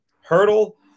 Hurdle